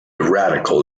radical